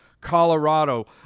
Colorado